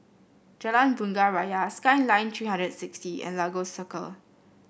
Jalan Bunga Raya Skyline Three hundred and sixty and Lagos Circle